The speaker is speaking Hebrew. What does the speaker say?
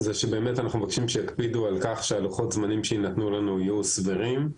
הוא שאנחנו מבקשים שיקפידו על כך שלוחות הזמנים שינתנו לנו יהיו סבירים,